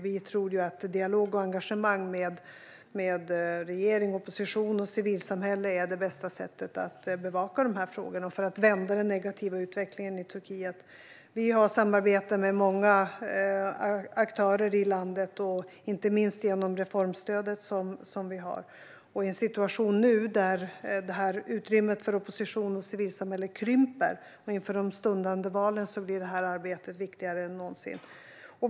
Vi tror att dialog och engagemang med regering, opposition och civilsamhälle är det bästa sättet att bevaka de här frågorna för att vända den negativa utvecklingen i Turkiet. Vi har samarbete med många aktörer i landet, inte minst genom det reformstöd som vi har. I en situation där utrymmet för opposition och civilsamhälle nu krymper inför de stundande valen blir det här arbetet viktigare än någonsin.